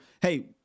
hey